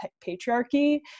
patriarchy